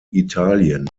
italien